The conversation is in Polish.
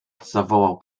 zawołał